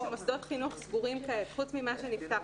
נקודת המוצא היא שמוסדות חינוך סגורים כעת חוץ ממה שנפתח.